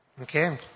Okay